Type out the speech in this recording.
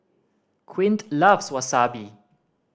Quint loves Wasabi